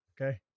Okay